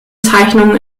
zeichnungen